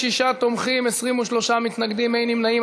36 תומכים, 23 מתנגדים, אין נמנעים.